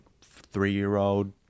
three-year-old